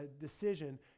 decision